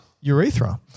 Urethra